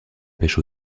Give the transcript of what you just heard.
pêche